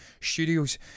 studios